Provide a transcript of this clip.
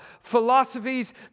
Philosophies